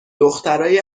دخترای